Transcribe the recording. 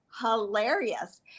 hilarious